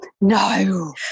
no